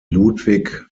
ludwig